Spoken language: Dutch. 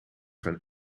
gaan